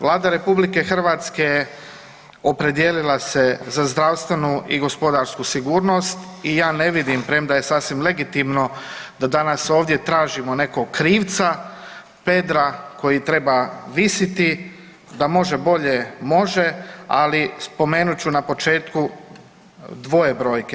Vlada RH opredijelila se za zdravstvenu i gospodarsku sigurnost i ja ne vidim premda je sasvim legitimno da danas ovdje tražimo nekog krivca, pedra koji treba visiti, da može bolje može, ali spomenut ću na početku dvoje brojke.